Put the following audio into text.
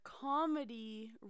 comedy